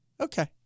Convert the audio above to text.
Okay